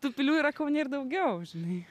tų pilių yra kaune ir daugiau žinai